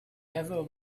never